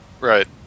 Right